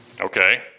Okay